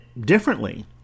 differently